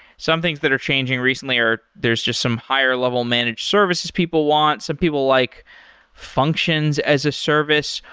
some things that are changing recently are there's just some higher level managed services people want. some people like functions as a service.